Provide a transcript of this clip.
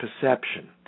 perception